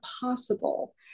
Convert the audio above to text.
possible